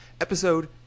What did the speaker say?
episode